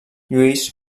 lluís